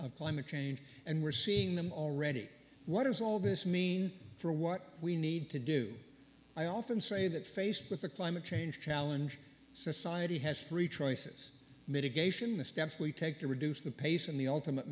of climate change and we're seeing them already what does all this mean for what we need to do i often say that faced with the climate change challenge society has three choices mitigation the steps we take to reduce the pace and the ultimate